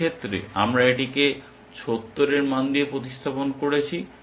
এই ক্ষেত্রে আমরা এটিকে 70 এর মান দিয়ে প্রতিস্থাপন করেছি